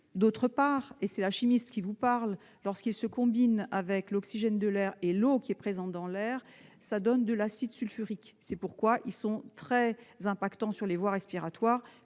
ailleurs- c'est la chimiste qui vous parle -, lorsqu'ils se combinent avec l'oxygène de l'air et l'eau qui est présente dans l'air, cela donne de l'acide sulfurique. C'est pourquoi ils attaquent les voies respiratoires,